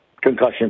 concussion